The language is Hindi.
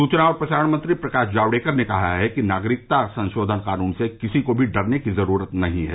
सूचना और प्रसारण मंत्री प्रकाश जावड़ेकर ने कहा है कि नागरिकता संशोधन कानून से किसी को भी डरने की जरूरत नहीं है